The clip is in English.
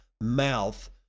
mouth